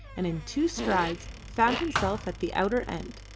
and in two strides found himself at the outer end,